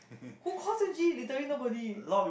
who calls her G literally nobody